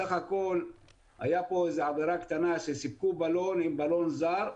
בסך הכול הייתה כאן עבירה קטנה שסיפקו בלון עם בלון זר.